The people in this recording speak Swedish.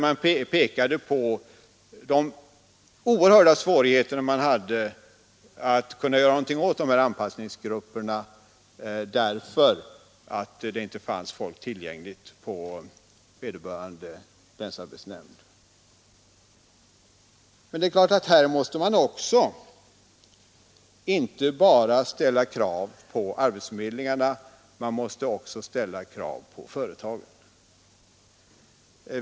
Man pekade då på de oerhörda svårigheter man hade att kunna göra något åt anpassningsgrupperna därför att det inte fanns folk tillgängligt på vederbörande länsarbetsnämnd. Men det är klart att man här inte bara får ställa krav på arbetsförmedlingarna; krav måste också ställas på företagen.